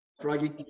Froggy